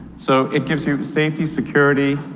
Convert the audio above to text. so it gives you safety, security,